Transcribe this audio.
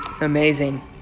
Amazing